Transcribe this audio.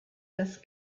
das